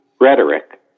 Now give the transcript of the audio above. rhetoric